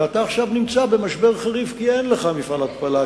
ועכשיו אתה נמצא במשבר חריף כי אין לך מפעל התפלה,